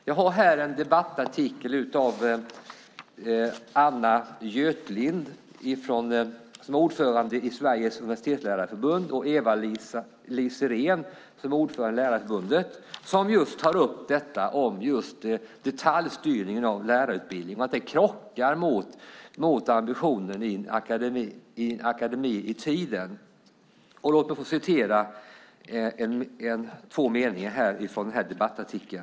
Jag har här en debattartikel av Anna Götlind, som är ordförande i Sveriges universitetslärarförbund, och Eva-Lis Sirén, som är ordförande i Lärarförbundet, som tar upp att detaljstyrningen av lärarutbildningen krockar med ambitionen i En akademi i tiden - ökad frihet för universitet och högskolor . Låt mig citera två meningar från den här debattartikeln.